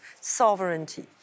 sovereignty